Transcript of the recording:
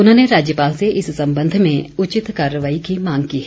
उन्होंने राज्यपाल से इस संबंध में उचित कार्रवाई की मांग की है